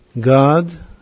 God